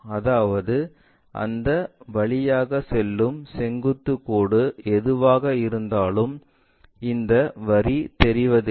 அதாவது அந்த வழியாக செல்லும் செங்குத்து கோடு எதுவாக இருந்தாலும் இந்த வரி தெரியவில்லை